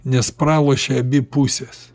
nes pralošė abi pusės